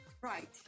Right